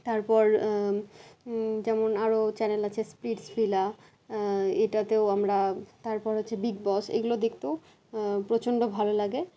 তারপর যেমন আরো চ্যানেল আছে স্প্লিটস ভিলা এটাতেও আমরা তারপর হচ্চে বিগ বস এইগুলো দেখতেও প্রচণ্ড ভালো লাগে